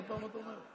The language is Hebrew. עוד פעם את אומרת?